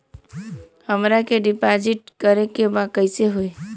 हमरा के डिपाजिट करे के बा कईसे होई?